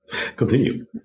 continue